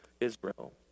Israel